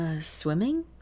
Swimming